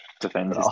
defend